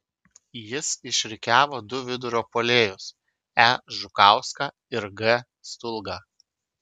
jis išrikiavo du vidurio puolėjus e žukauską ir g stulgą